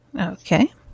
Okay